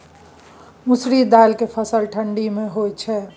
मसुरि दाल के फसल ठंडी मे होय छै?